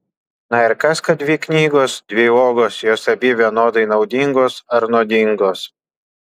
na ir kas kad dvi knygos dvi uogos jos abi vienodai naudingos ar nuodingos